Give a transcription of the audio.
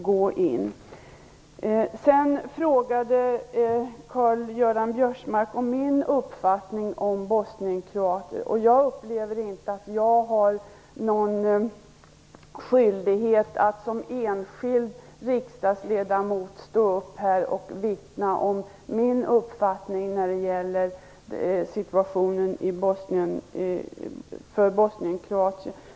Karl-Göran Biörsmark frågade om min uppfattning om bosnienkroaterna. Jag upplever inte att jag som enskild riksdagsledamot har någon skyldighet att stå upp här och vittna om min uppfattning när det gäller situationen för bosnienkroaterna.